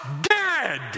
dead